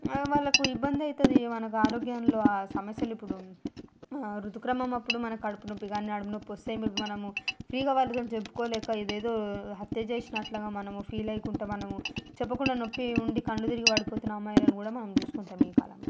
వాళ్ళకు ఇబ్బండి అవుతుంది మనకు ఆరోగ్యంలో సమస్యలు ఇప్పుడు ఋతుక్రమం అప్పుడు మనకు కడుపు నొప్పి కాని నడుం నొప్పి వస్తే మీకు మనము ఫ్రీగా వాళ్ళతోని చెప్పుకోలేక ఏదేదో హత్యజేసినట్లగా మనము ఫీల్ అవకుంటే మనము చెప్పకుండా నొప్పి ఉండి కళ్ళు తిరిగి పడిపోతున్నా అమ్మాయిలను కూడా మనము చూసుకుంటాం ఈ కాలంలో